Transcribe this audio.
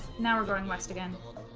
now we're going west again a